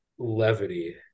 levity